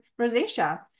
rosacea